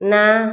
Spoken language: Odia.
ନା